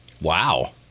Wow